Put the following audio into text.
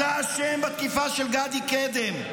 את אשם בתקיפה של גדי קדם,